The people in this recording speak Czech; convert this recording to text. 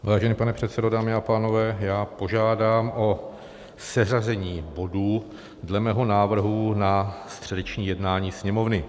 Vážený pane předsedo, dámy a pánové, já požádám o seřazení bodů dle mého návrhu na středeční jednání Sněmovny.